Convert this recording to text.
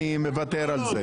אני מוותר על זה.